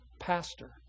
Pastor